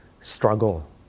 struggle